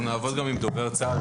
אנחנו נעבוד גם עם דובר צה"ל.